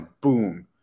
boom